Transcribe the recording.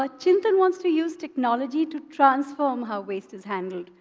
ah chintan wants to use technology to transform how waste is handled.